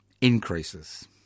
increases